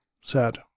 sad